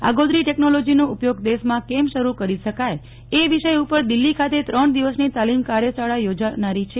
આગોતરી ટેકનોલોજીનો ઉપયોગ દેશમાં કેમ શરૂ કરી શકાય એ વિષય ઉપર દિલ્હી ખાતે ત્રણ દિવસની તાલીમ કાર્યશાળા યોજાનારી છે